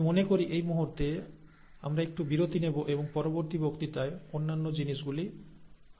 আমি মনে করি এই মুহুর্তে আমরা একটু বিরতি নেব এবং পরবর্তী বক্তৃতায় অন্যান্য জিনিসগুলি আলোচনা করব